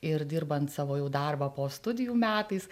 ir dirbant savo jau darbą po studijų metais